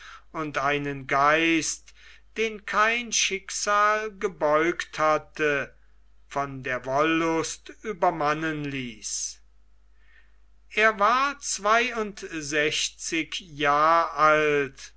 und einen geist den kein schicksal gebeugt hatte von der wollust übermannen ließ er war zweiundsechzig jahre alt